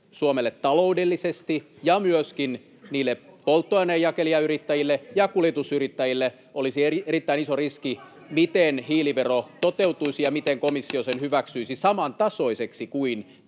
Suomelle taloudellisesti, ja myöskin niille polttoaineenjakelijayrittäjille ja kuljetusyrittäjille olisi erittäin iso riski, miten hiilivero toteutuisi [Välihuutoja — Puhemies koputtaa] ja miten komissio sen hyväksyisi samantasoiseksi kuin